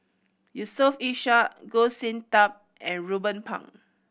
Yusof Ishak Goh Sin Tub and Ruben Pang